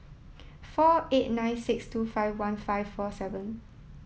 four eight nine six two five one five four seven